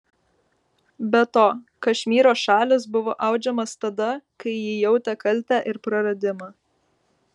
be to kašmyro šalis buvo audžiamas tada kai ji jautė kaltę ir praradimą